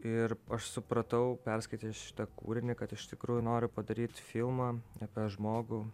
ir aš supratau perskaitęs šitą kūrinį kad iš tikrųjų noriu padaryt filmą apie žmogų